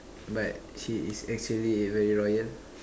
but she is actually very royal